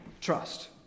trust